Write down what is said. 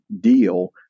deal